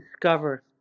discover